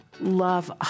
love